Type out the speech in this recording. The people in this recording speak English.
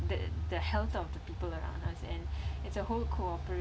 the the health of the people around us and it's a whole cooperate